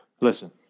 listen